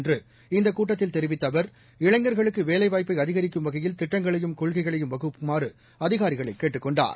என்று இந்தக் கூட்டத்தில் தெரிவித்தஅவர் இளைஞர்களுக்குவேலைவாய்ப்பைஅதிகரிக்கும் வகையில் திட்டங்களையும் கொள்கைகளையும் வகுக்குமாறுஅதிகாரிகளைகேட்டுக் கொண்டார்